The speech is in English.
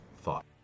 thought